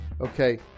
okay